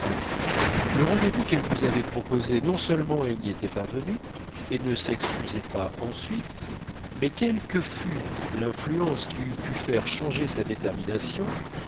le rendez-vous qu'elle vous avait proposé non seulement elle n'y était pas venue et ne s'excusait pas ensuite mais quelle que fût l'influence qui eût pu faire changer sa détermination